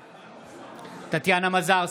בעד טטיאנה מזרסקי,